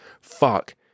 fuck